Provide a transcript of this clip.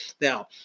Now